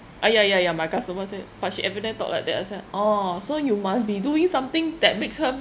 uh ya ya ya my customer I say but she every time talk like that I was like oh so you must be doing something that makes her